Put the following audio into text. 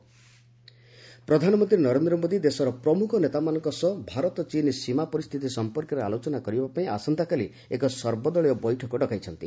all party meeting ପ୍ରଧାନମନ୍ତ୍ରୀ ନରେନ୍ଦ୍ର ମୋଦି ଦେଶର ପ୍ରମୁଖ ନେତାମାନଙ୍କ ସହ ଭାରତ ଚୀନ୍ ସୀମା ପରିସ୍ଥିତି ସମ୍ପର୍କରେ ଆଲୋଚନା କରିବା ପାଇଁ ଆସନ୍ତାକାଲି ଏକ ସର୍ବଦଳୀୟ ବୈଠକ ଡକାଇଛନ୍ତି